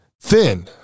thin